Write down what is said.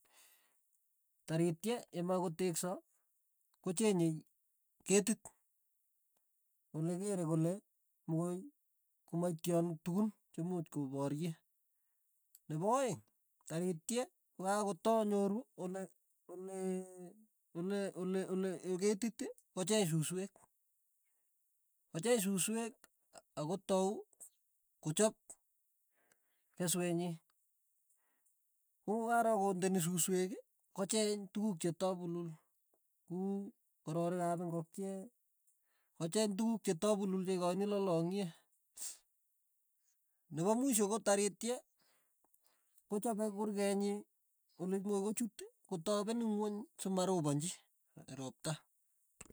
Taritye yemae koteksa, kochengei ketiit olekere kole mokoi komaityan tukun chemuch koparye, nepo aeng' taritye kokatonyoru ole ole- ole- ole- ole ketiit kocheng suswek, kocheng suswek akotau kochap keswee nyii, kokaraak kondeni suswek kocheng tukuk che tapulul, ku kororik ap ingokiee, kocheng tukuk che tapulul che ikochin lolongie, nepo mwisho ko taritye kochape kurket nyi olemwe kochut, kotapen ingweny simaroponji, ropta.